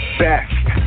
best